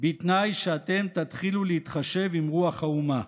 בתנאי שאתם תתחילו להתחשב ברוח האומה.